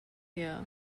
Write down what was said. here